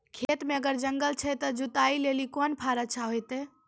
खेत मे अगर जंगल ज्यादा छै ते जुताई लेली कोंन फार अच्छा होइतै?